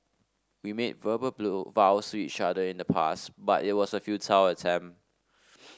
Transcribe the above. we made verbal blue vows to each other in the past but it was a futile attempt